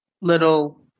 little